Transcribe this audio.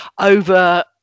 over